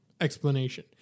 explanation